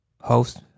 host